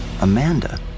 Amanda